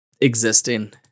existing